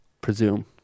presume